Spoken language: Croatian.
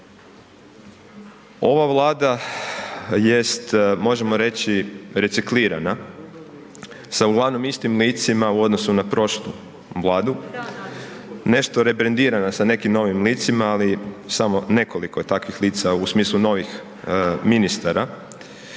Ova Vlada jest možemo reći reciklirana sa uglavnom istim licima u odnosu na prošlu Vladu, nešto rebrendirana sa nekim novim licima, ali samo nekoliko takvih lica u smislu novih ministara.